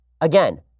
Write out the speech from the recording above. Again